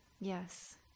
Yes